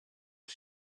did